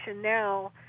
now